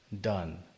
done